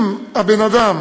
אם הבן-אדם